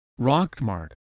Rockmart